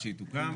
עד שהיא תוקם.